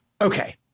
Okay